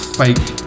fake